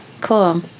Cool